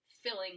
filling